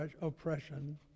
oppression